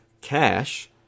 cash